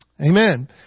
Amen